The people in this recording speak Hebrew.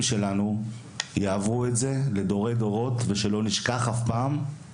שלנו יעברו את זה לדורי דורות ושלא נשכח אף פעם,